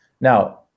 Now